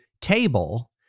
table